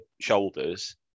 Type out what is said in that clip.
shoulders